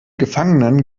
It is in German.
gefangenen